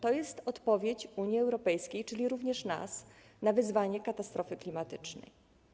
To jest odpowiedź Unii Europejskiej, czyli również nas, na wyzwanie katastrofy klimatycznej.